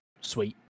sweet